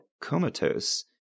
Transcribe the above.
Comatose